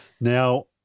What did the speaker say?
Now